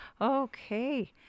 okay